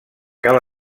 cal